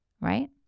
right